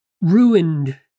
ruined